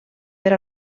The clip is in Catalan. per